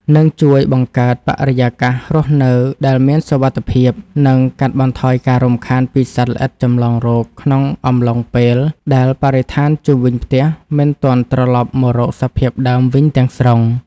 នឹងជួយបង្កើតបរិយាកាសរស់នៅដែលមានសុវត្ថិភាព និងកាត់បន្ថយការរំខានពីសត្វល្អិតចម្លងរោគក្នុងអំឡុងពេលដែលបរិស្ថានជុំវិញផ្ទះមិនទាន់ត្រឡប់មករកសភាពដើមវិញទាំងស្រុង។